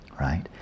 right